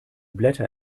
blätter